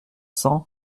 cents